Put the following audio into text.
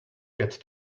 get